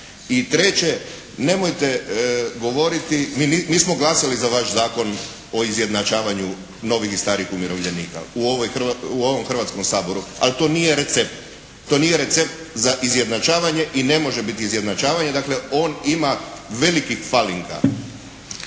I treće, nemojte govoriti mi smo glasali za vaš Zakon o izjednačavanju novih i starih umirovljenika. U ovom Hrvatskom saboru. Ali to nije recept. To nije recept za izjednačavanje. I ne može biti izjednačavanje. Dakle on ima velikih falinga.